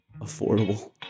affordable